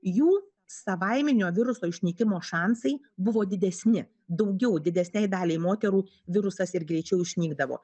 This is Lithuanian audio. jų savaiminio viruso išnykimo šansai buvo didesni daugiau didesnei daliai moterų virusas ir greičiau išnykdavo